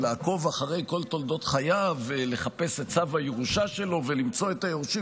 ולעקוב אחרי כל תולדות חייו ולחפש את צו הירושה שלו ולמצוא את היורשים,